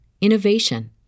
innovation